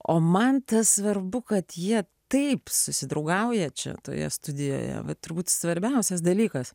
o man tas svarbu kad jie taip susidraugauja čia toje studijoje turbūt svarbiausias dalykas